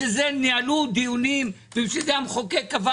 בשביל זה ניהלו דיונים ובשביל זה המחוקק קבע